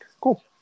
cool